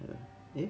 ya eh